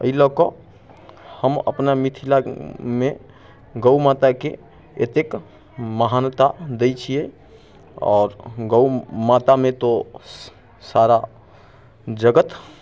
अइ लऽ कऽ हम अपना मिथिलामे गौ माताके एतेक महानता दै छियै आओर गौ मातामे तो सऽ सारा जगत